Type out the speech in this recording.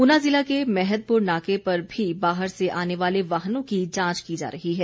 ऊना जिला के मैहतपुर नाके पर भी बाहर से आने वाले वाहनों की जांच की जा रही है